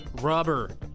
rubber